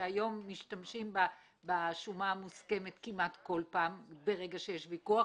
היום משתמשים בשומה המוסכמת כמעט בכל פעם ברגע שיש ויכוח,